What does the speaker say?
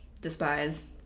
despise